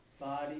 body